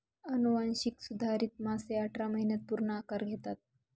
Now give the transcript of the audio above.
अनुवांशिक सुधारित मासे अठरा महिन्यांत पूर्ण आकार घेतात